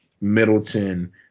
Middleton